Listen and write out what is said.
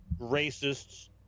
racists